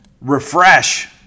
refresh